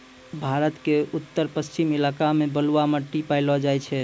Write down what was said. भारतो के उत्तर पश्चिम इलाका मे बलुआ मट्टी पायलो जाय छै